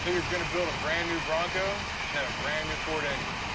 you're going to build a brand-new bronco, it should have a brand-new ford engine.